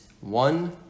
one